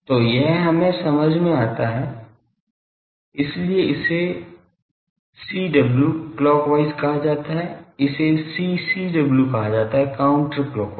तो यह हमें समझ में आता है इसलिए इसे CW क्लॉकवाइज कहा जाता है इसे CCW कहा जाता है काउंटर क्लॉकवाइज